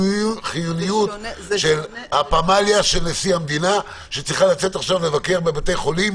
החיוניות של הפמליה של נשיא המדינה שצריכה לצאת עכשיו לבקר בבתי חולים